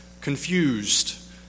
confused